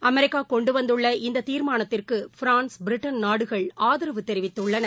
America கொண்டு வந்தள்ள இந்தத் தீர்மானத்திற்கு பிரான்ஸ் பிரிட்டன் நாடுகள் ஆதரவு தெரிவித்துள்ளன